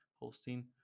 hosting